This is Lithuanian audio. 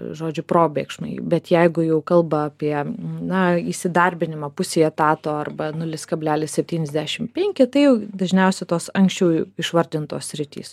žodžiu probėgšmai bet jeigu jau kalba apie na įsidarbinimą pusei etato arba nulis kablelis septyniasdešimt penki tai jau dažniausiai tos anksčiau išvardintos sritys